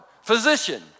physician